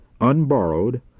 unborrowed